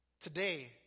today